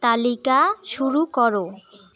তালিকা শুরু করো